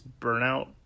burnout